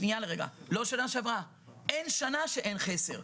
לא שנה שעברה, אין שנה שאין חסר.